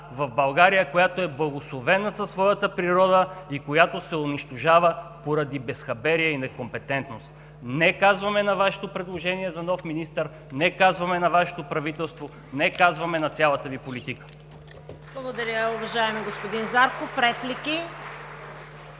в България, която е благословена със своята природа и която се унищожава поради безхаберие и некомпетентност. „Не“ казваме на Вашето предложение за нов министър, „не“ казваме на Вашето правителство, „не“ казваме на цялата Ви политика! (Ръкопляскания от „БСП за България“.)